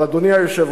אבל, אדוני היושב-ראש,